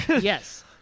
Yes